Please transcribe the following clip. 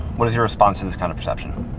what is your response to this kind of perception?